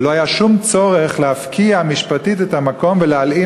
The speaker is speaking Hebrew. ולא היה שום צורך להפקיע משפטית את המקום ולהלאים